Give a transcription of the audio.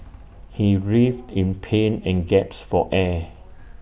he writhed in pain and gasped for air